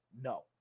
No